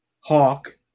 Hawk